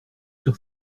sur